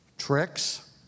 Tricks